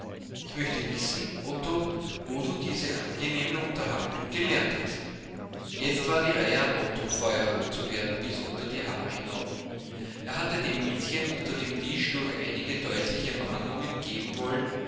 ich möchte wissen otto wo du diese angenehme unterhaltung gelernt hast jetzt war die reihe an otto feuerrot zu werden bis unter die haare hinauf er hatte dem miezchen unter dem tisch durch einige deutliche mahnungen geben wollen